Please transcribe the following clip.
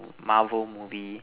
Marvel movie